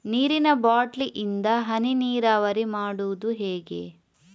ನೀರಿನಾ ಬಾಟ್ಲಿ ಇಂದ ಹನಿ ನೀರಾವರಿ ಮಾಡುದು ಹೇಗೆ?